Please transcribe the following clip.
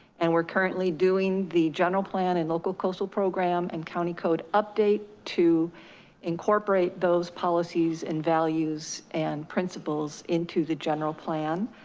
and we're currently doing the general plan and local coastal program and county code update to incorporate those policies and values and principles into the general plan.